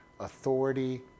authority